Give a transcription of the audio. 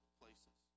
places